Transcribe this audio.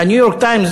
ב"ניו-יורק טיימס",